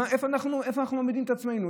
איפה אנחנו מעמידים את עצמנו?